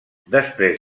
després